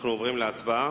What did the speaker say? אנחנו עוברים להצבעה.